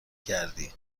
گردی